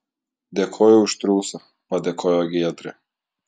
dėkoju už triūsą padėkojo giedrė